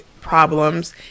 problems